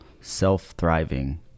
self-thriving